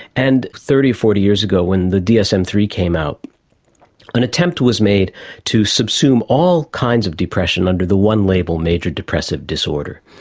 and thirty or forty years ago when the dsm three came out an attempt was made to subsume all kinds of depression under the one label major depressive disorder.